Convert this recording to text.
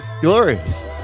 Glorious